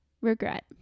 Regret